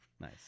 Nice